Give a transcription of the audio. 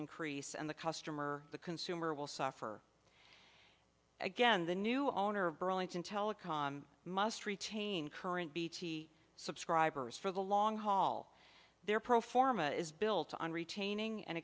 increase and the customer the consumer will suffer again the new owner of burlington telecom must retain current bt subscribers for the long haul their pro forma is built on retaining and